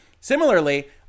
Similarly